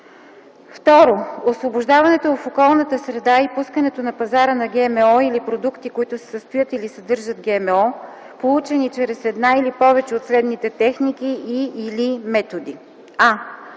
2. освобождаването в околната среда и пускането на пазара на ГМО или продукти, които се състоят или съдържат ГМО, получени чрез една или повече от следните техники и/или методи: